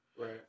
Right